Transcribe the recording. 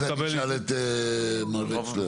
תיכף נשאל את מר וקסלר.